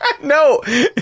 No